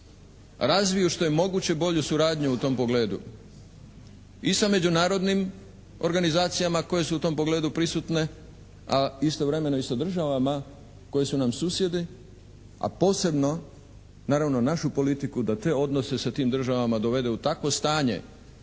razviju što je moguće bolju suradnju u tom pogledu. I sa međunarodnim organizacijama koje su u tom pogledu prisutne, a istovremeno i sa državama koje su nam susjedi, a posebno naravno našu politiku da te odnose sa tim državama dovede u takvo stanje